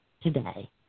today